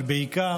אבל בעיקר,